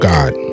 God